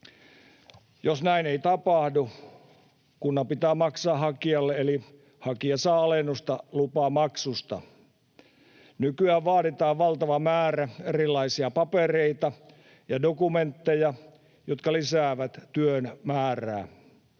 Jos näin ei tapahdu, kunnan pitää maksaa hakijalle, eli hakija saa alennusta lupamaksusta. Nykyään vaaditaan valtava määrä erilaisia papereita ja dokumentteja, jotka lisäävät työn määrää.